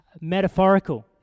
metaphorical